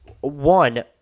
one –